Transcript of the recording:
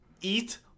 eat